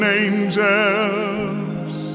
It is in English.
angels